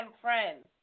friends